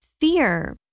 Fear